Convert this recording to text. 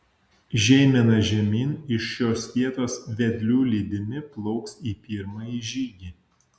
žeimena žemyn iš šios vietos vedlių lydimi plauks į pirmąjį žygį